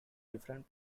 different